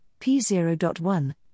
P0.1